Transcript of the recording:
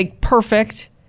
perfect